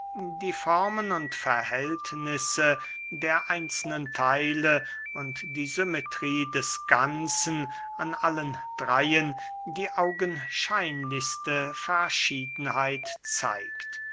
die form und verhältnisse der einzelnen theile und die symmetrie des ganzen an allen dreyen die augenscheinlichste verschiedenheit zeigt